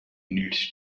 needs